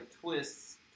twists